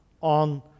on